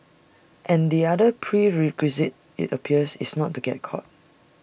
and the other prerequisite IT appears is not to get caught